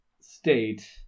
state